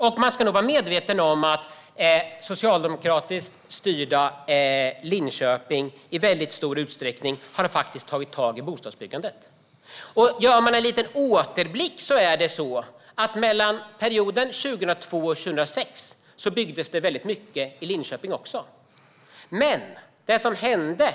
Vi ska vara medvetna om att socialdemokratiskt styrda Linköping har tagit tag i bostadsbyggandet i väldigt stor utsträckning. Vid en liten återblick kan vi se att det byggdes mycket i Linköping också mellan 2002 och 2006.